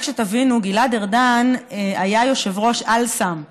רק שתבינו, גלעד ארדן היה יושב-ראש אל-סם בעבר,